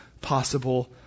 possible